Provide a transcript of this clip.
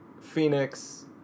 Phoenix